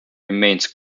remains